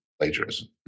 Plagiarism